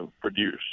produce